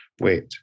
wait